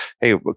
Hey